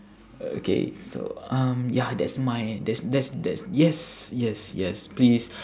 okay so um ya that's my that's that's that's yes yes yes please